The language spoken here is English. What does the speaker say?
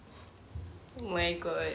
my god